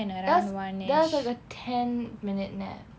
that's that's like a ten minute nap